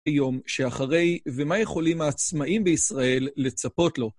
היום שאחרי ומה יכולים העצמאים בישראל לצפות לו.